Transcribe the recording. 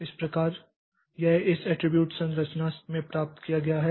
इस प्रकार यह इस एट्रिब्यूट संरचना में प्राप्त किया गया है